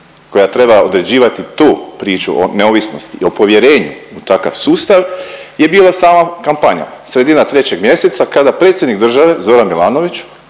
koja treba određivati tu priču o neovisnosti i o povjerenju u takav sustav je bila sama kampanja, sredina 3. mjeseca kada predsjednik države Zoran Milanović